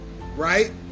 right